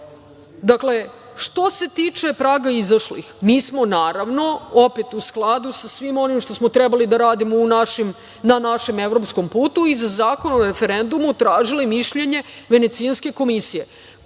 stvar. Što se tiče praga izašlih mi smo, naravno opet u skladu sa svim onim što smo trebali da radimo na našem evropskom putu i za Zakon o referendumu tražili mišljenje Venecijanske komisije.